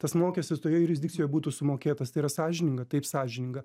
tas mokestis toje jurisdikcijoje būtų sumokėtas tai yra sąžininga taip sąžininga